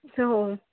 हो